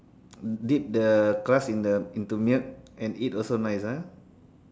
dip the crust in the into milk also nice ah